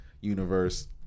Universe